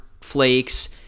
flakes